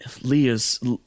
leah's